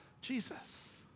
Jesus